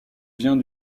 vient